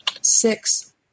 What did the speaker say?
six